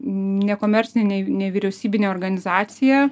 nekomercinė nevyriausybinė organizacija